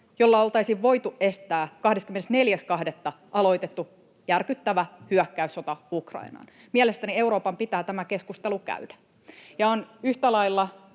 jolla oltaisiin voitu estää 24.2. aloitettu järkyttävä hyök-käyssota Ukrainaan? Mielestäni Euroopan pitää tämä keskustelu käydä.